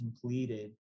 completed